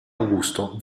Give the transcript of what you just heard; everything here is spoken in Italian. augusto